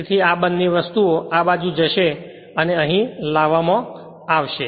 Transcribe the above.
તેથી આ બંને વસ્તુઓ આ બાજુ જશે અને અહી લાવવામાં આવશે